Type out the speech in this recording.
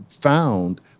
found